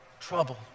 trouble